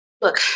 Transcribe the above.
look